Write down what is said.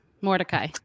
Mordecai